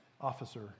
officer